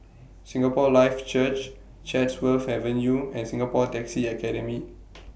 Singapore Life Church Chatsworth Avenue and Singapore Taxi Academy